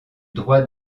droit